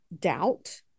doubt